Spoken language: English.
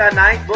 ah nine but